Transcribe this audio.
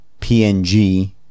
png